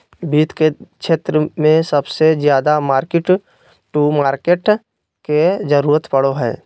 वित्त के क्षेत्र मे सबसे ज्यादा मार्किट टू मार्केट के जरूरत पड़ो हय